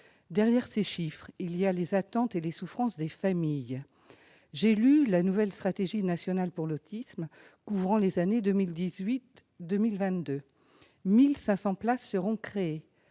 Derrière ces chiffres, il y a les attentes et les souffrances des familles. J'ai pris connaissance de la « stratégie nationale pour l'autisme » pour les années 2018-2022 : 1 500 places seront créées,